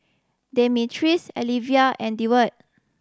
Demetrius Alyvia and Deward